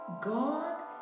God